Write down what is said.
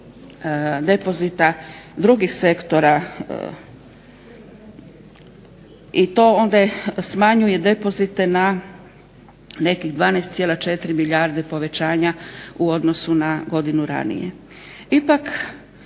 depozita drugih sektora i to onda smanjuje depozite na nekih 12,4 milijarde povećanja u odnosu na godinu ranije.